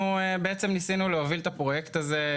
ניסינו להוביל את הפרויקט הזה,